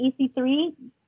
EC3